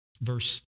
verse